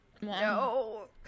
no